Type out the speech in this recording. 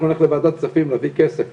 מוכרים מאוד סיפורים מהסוג הזה,